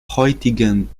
heutigen